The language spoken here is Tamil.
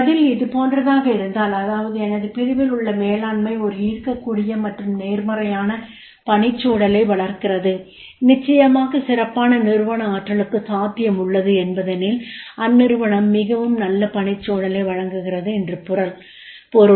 பதில் இதுபோன்றதாக இருந்தால் அதாவது எனது பிரிவில் உள்ள மேலாண்மை ஒரு ஈர்க்கக்கூடிய மற்றும் நேர்மறையான பணிச்சூழலை வளர்க்கிறது நிச்சயமாக சிறப்பான நிறுவன ஆற்றலுக்கு சாத்தியம் உள்ளது என்பதெனில் அந்நிறுவனம் மிகவும் நல்ல பணிச்சூழலை வழங்குகிறது என்று பொருள்